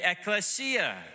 ecclesia